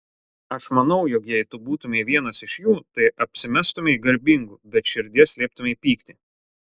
aš manau jog jei tu būtumei vienas iš jų tai apsimestumei garbingu bet širdyje slėptumei pyktį